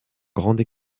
grande